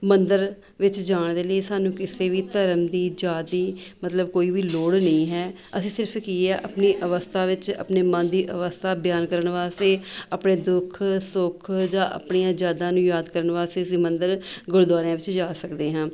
ਮੰਦਰ ਵਿੱਚ ਜਾਣ ਦੇ ਲਈ ਸਾਨੂੰ ਕਿਸੇ ਵੀ ਧਰਮ ਦੀ ਜਾਤ ਦੀ ਮਤਲਬ ਕੋਈ ਵੀ ਲੋੜ ਨਹੀਂ ਹੈ ਅਸੀਂ ਸਿਰਫ਼ ਕੀ ਹੈ ਆਪਣੀ ਅਵਸਥਾ ਵਿੱਚ ਆਪਣੇ ਮਨ ਦੀ ਅਵਸਥਾ ਬਿਆਨ ਕਰਨ ਵਾਸਤੇ ਆਪਣੇ ਦੁੱਖ ਸੁੱਖ ਜਾਂ ਆਪਣੀਆਂ ਯਾਦਾਂ ਨੂੰ ਯਾਦ ਕਰਨ ਵਾਸਤੇ ਅਸੀਂ ਮੰਦਰ ਗੁਰਦੁਆਰਿਆਂ ਵਿੱਚ ਜਾ ਸਕਦੇ ਹਾਂ